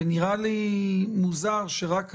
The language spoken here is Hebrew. ונראה לי מוזר שרק היום,